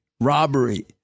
robbery